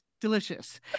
delicious